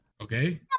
Okay